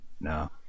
no